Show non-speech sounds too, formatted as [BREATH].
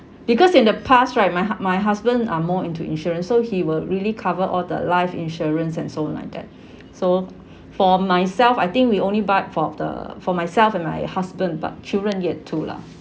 because in the past right my hu~ my husband are more into insurance so he will really cover all the life insurance and so on like that [BREATH] so for myself I think we only buy for the for myself and my husband but children yet to lah